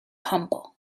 humble